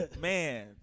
man